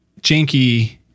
janky